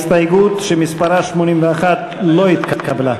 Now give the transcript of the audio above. הסתייגות מס' 81 לא נתקבלה.